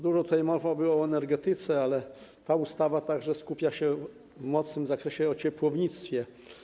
Dużo tutaj mowy było o energetyce, ale ta ustawa także skupia się w szerokim zakresie na ciepłownictwie.